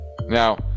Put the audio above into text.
Now